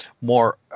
more